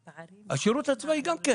השירות הצבאי גם כן